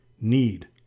need